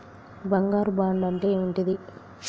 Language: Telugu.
బంగారు బాండు అంటే ఏంటిది?